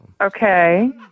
Okay